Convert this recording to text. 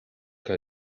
que